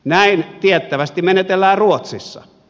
näin tiettävästi menetellään ruotsissa